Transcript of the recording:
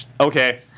Okay